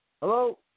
Hello